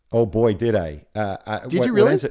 oh, boy, did i and did you really?